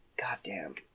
Goddamn